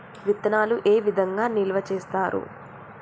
విత్తనాలు ఏ విధంగా నిల్వ చేస్తారు?